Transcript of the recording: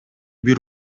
бир